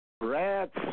rats